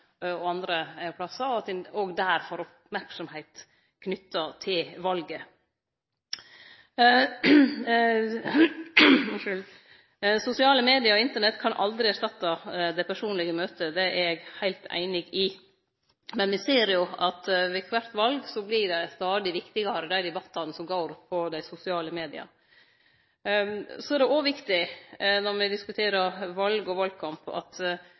andre plassar, og at ein òg der får merksemd knytt til valet. Sosiale medium og Internett kan aldri erstatte det personlege møtet – det er eg heilt einig i. Men me ser jo at ved kvart val vert dei debattane som går på dei sosiale media, stadig viktigare. Så er det òg viktig når me diskuterer val og valkamp, at